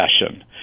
session